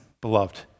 beloved